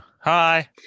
hi